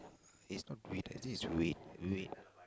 is weed I think it's weed weed